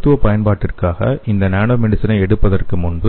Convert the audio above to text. மருத்துவ பயன்பாட்டிற்காக இந்த நானோமெடிசினை எடுப்பதற்கு முன்